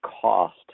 cost